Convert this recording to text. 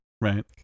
Right